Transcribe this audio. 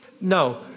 no